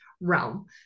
realm